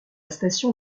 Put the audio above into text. station